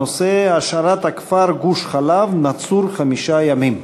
הנושא: השארת הכפר גוש-חלב נצור חמישה ימים.